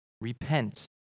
repent